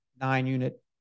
nine-unit